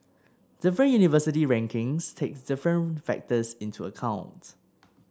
different university rankings take different factors into account